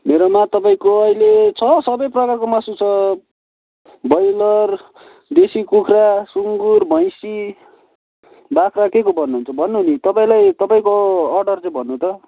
मेरोमा तपाईँको अहिले छ सबै प्रकारको मासु छ ब्रोइलर देशी कुखुरा सुँगुर भैँसी बाख्रा केको भन्नुहुन्छ भन्नू नि तपाईँलाई तपाईँको अर्डर चहाहि भन्नू त